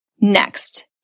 next